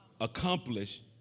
accomplish